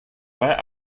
where